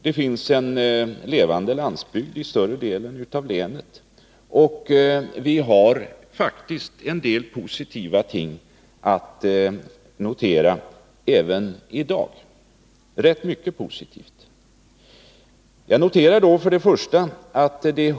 Det finns en levande landsbygd i större delen av länet. Det finns faktiskt rätt mycket av positiva ting att notera även i dag.